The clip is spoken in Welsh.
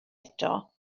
eto